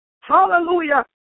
Hallelujah